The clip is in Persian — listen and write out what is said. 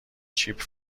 چیپ